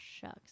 shucks